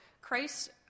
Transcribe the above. Christ